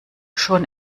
schon